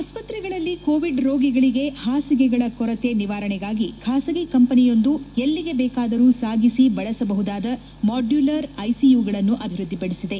ಆಸ್ಪತ್ರೆಗಳಲ್ಲಿ ಕೋವಿಡ್ ರೋಗಿಗಳಿಗೆ ಹಾಸಿಗೆಗಳ ಕೊರತೆ ನಿವಾರಣೆಗಾಗಿ ಖಾಸಗಿ ಕಂಪನಿಯೊಂದು ಎಲ್ಲಿಗೆ ಬೇಕಾದರೂ ಸಾಗಿಸಿ ಬಳಸಬಹುದಾದ ಮಾಡ್ಕೂಲರ್ ಐಸಿಯುಗಳನ್ನು ಅಭಿವೃದ್ಧಿಪಡಿಸಿದೆ